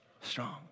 strong